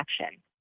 action